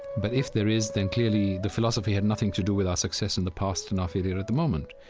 but if there is, then clearly the philosophy had nothing to do with our success in the past and our failure at the moment.